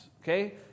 Okay